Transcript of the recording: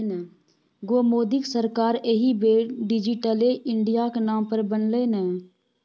गै मोदीक सरकार एहि बेर डिजिटले इंडियाक नाम पर बनलै ने